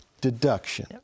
deduction